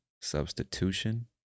substitution